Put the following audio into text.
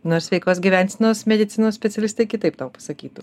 nors sveikos gyvensenos medicinos specialistai kitaip tau pasakytų